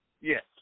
Yes